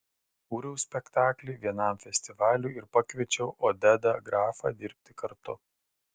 kūriau spektaklį vienam festivaliui ir pakviečiau odedą grafą dirbti kartu